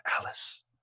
Alice